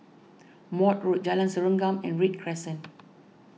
Maude Road Jalan Serengam and Read Crescent